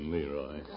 Leroy